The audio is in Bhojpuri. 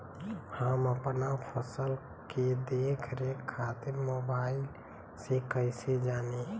हम अपना फसल के देख रेख खातिर मोबाइल से कइसे जानी?